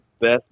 best